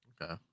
Okay